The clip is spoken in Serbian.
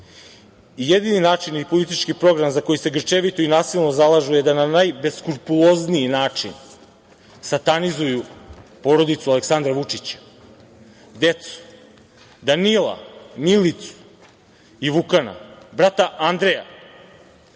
Jedini način i politički program za koji se grčevito i nasilno zalažu je da na najbeskrupulozniji način satanizuju porodicu Aleksandra Vučića, decu, Danila, Milicu i Vukana, brata Andreja.Za